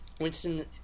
Winston